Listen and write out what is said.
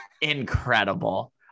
incredible